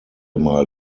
mal